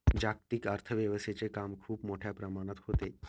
जागतिक आर्थिक व्यवस्थेचे काम खूप मोठ्या प्रमाणात होते